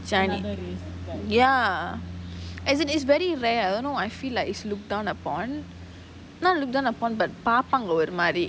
chinese ya as in it's very rare ah I don't know I feel like it's looked down upon how they going to form the பாப்பாங்க ஒரு மாரி:paapaanga oru maari